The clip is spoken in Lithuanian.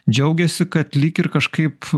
džiaugiasi kad lyg ir kažkaip